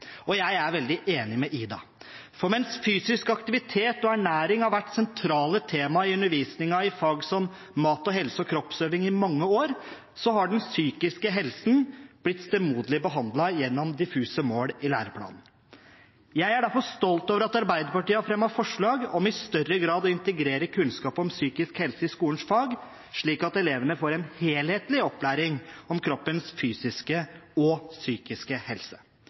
helse. Jeg er veldig enig med Ida. Mens fysisk aktivitet og ernæring har vært sentrale tema i undervisningen i fag som mat og helse og kroppsøving i mange år, har den psykiske helsen blitt stemoderlig behandlet gjennom diffuse mål i læreplanen. Jeg er derfor stolt over at Arbeiderpartiet har fremmet forslag om i større grad å integrere kunnskap om psykisk helse i skolens fag, slik at elevene får en helhetlig opplæring om kroppens fysiske og psykiske helse,